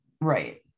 Right